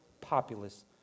populace